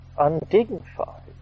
undignified